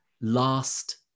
last